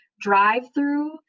drive-through